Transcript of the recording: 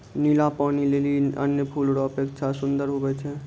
नीला पानी लीली अन्य फूल रो अपेक्षा सुन्दर हुवै छै